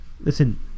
Listen